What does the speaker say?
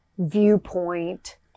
viewpoint